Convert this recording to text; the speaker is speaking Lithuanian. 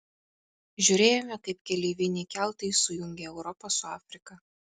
žiūrėjome kaip keleiviniai keltai sujungia europą su afrika